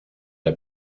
der